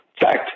fact